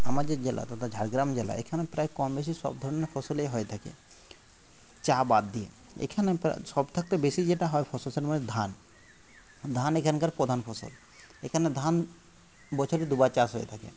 আমাদের জেলা তথা ঝাড়গ্রাম জেলা এখানে প্রায় কম বেশি সব ধরণের ফসলই হয়ে থাকে চা বাদ দিয়ে এখানে সব থাকতে বেশি যেটা হয় ধান ধান এখানকার প্রধান ফসল এখানে ধান বছরে দুবার চাষ হয়ে থাকে